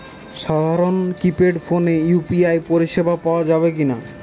সাধারণ কিপেড ফোনে ইউ.পি.আই পরিসেবা পাওয়া যাবে কিনা?